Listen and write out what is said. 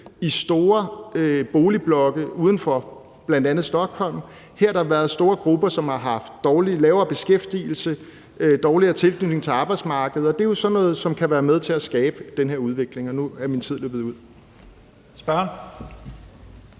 i store boligblokke uden for bl.a. Stockholm. Her har der været store grupper, som har haft lavere beskæftigelse og dårligere tilknytning til arbejdsmarkedet, og det er jo sådan noget, som kan være med til at skabe den her udvikling. Nu er min tid løbet ud.